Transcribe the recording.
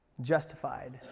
Justified